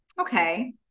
okay